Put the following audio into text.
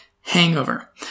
hangover